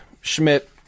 Schmidt